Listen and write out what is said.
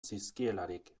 zizkielarik